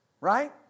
Right